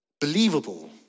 believable